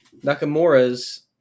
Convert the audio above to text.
Nakamura's